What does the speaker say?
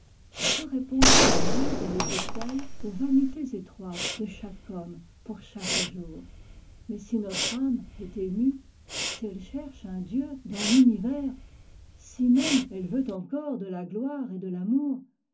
que répondraient la mer et les étoiles aux vanités étroites de chaque homme pour chaque jour mais si notre âme est émue si elle cherche un dieu dans l'univers si même elle veut encore de la gloire et de l'amour